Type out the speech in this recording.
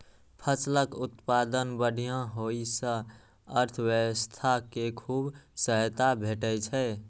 फसलक उत्पादन बढ़िया होइ सं अर्थव्यवस्था कें खूब सहायता भेटै छै